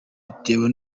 bitewe